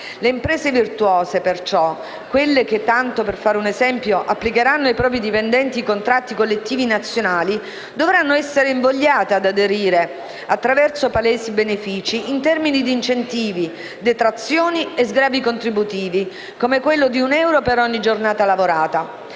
Le imprese virtuose, perciò, quelle che - tanto per fare un esempio - applicheranno ai propri dipendenti i contratti collettivi nazionali, dovranno essere invogliate ad aderire, attraverso palesi benefici in termini di incentivi, detrazioni e sgravi contributivi, come quello di un euro per ogni giornata lavorata.